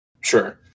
Sure